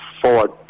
forward